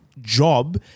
job